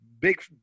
Big